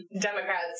Democrats